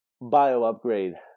Bio-Upgrade